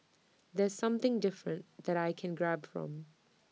that's something different that I can grab from